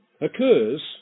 occurs